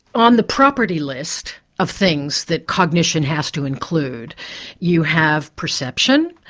on the property list of things that cognition has to include you have perception,